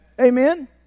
Amen